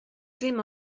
dim